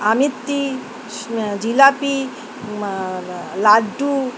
আমিত্তি jalebi laddu